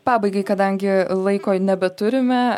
pabaigai kadangi laiko nebeturime